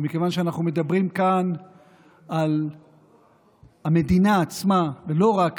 ומכיוון שאנחנו מדברים כאן על המדינה עצמה ולא רק